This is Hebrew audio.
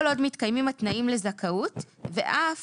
כל עוד מתקיימים התנאים לזכאות ואף